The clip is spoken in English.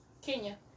kenya